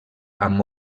amb